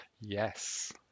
Yes